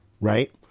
Right